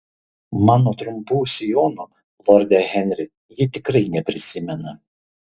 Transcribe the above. mano trumpų sijonų lorde henri ji tikrai neprisimena